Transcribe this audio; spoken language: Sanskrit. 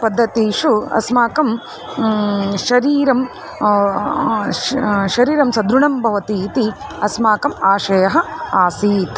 पद्धतिषु अस्माकं शरीरं श शरीरं सुदृढं भवति इति अस्माकम् आशयः आसीत्